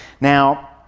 Now